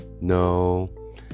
No